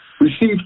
received